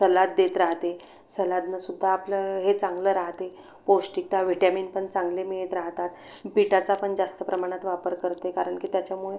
salad देत राहते सलाडनंसुद्धा आपलं हे चांगलं राहते पौष्टिकता व्हिटॅमिनपण चांगले मिळत राहतात बिटाचापण जास्त प्रमाणात वापर करते कारण की त्याच्यामुळे